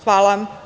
Hvala.